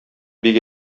бик